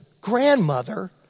grandmother